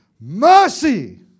mercy